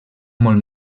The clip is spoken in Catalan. molt